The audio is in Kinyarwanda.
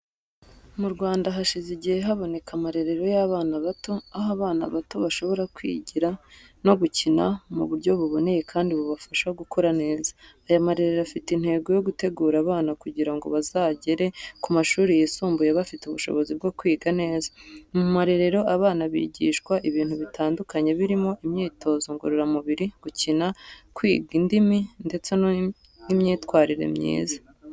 Mu Rwanda, hashize igihe haboneka amarerero y’abana bato, aho abana bato bashobora kwigira no gukina mu buryo buboneye kandi bubafasha gukura neza. Aya marerero afite intego yo gutegura abana kugira ngo bazagere ku mashuri yisumbuye bafite ubushobozi bwo kwiga neza. Mu marerero, abana bigishwa ibintu bitandukanye birimo imyitozo ngororamubiri, gukina, kwiga indimi, ndetse n’imyitwarire myiza.